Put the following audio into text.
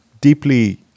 deeply